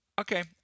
okay